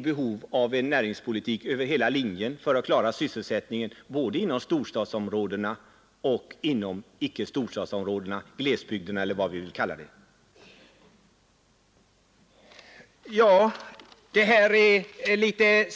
behöver en näringspolitik över hela linjen för att klara sysselsättningen både inom storstadsområdena och inom andra områden. Det är sent att säga detta nu.